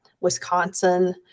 wisconsin